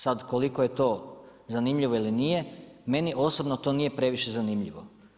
Sad koliko je to zanimljivo ili nije, meni osobno to nije previše zanimljivo.